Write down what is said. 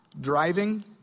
driving